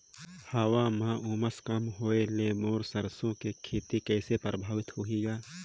हवा म उमस कम होए ले मोर सरसो के खेती कइसे प्रभावित होही ग?